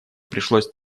пришлось